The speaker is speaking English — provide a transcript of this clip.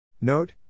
Note